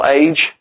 age